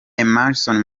emmerson